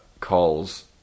calls